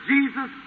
Jesus